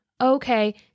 okay